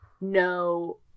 no